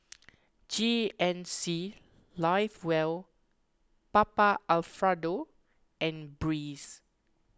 G N C Live Well Papa Alfredo and Breeze